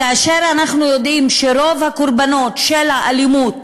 כאשר אנחנו יודעים שרוב הקורבנות של האלימות